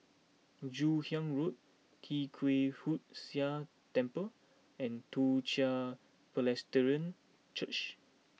Joon Hiang Road Tee Kwee Hood Sia Temple and Toong Chai Presbyterian Church